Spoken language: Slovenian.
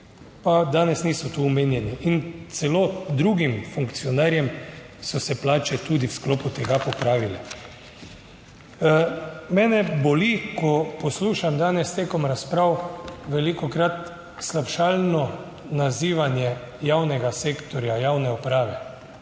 danes niso tu omenjeni, in celo drugim funkcionarjem so se plače tudi v sklopu tega popravile. Mene boli, ko poslušam danes tekom razprav, velikokrat slabšalno nazivanje javnega sektorja, javne uprave.